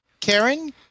Karen